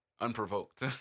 unprovoked